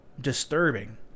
disturbing